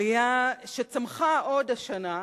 עלייה שעוד צמחה השנה,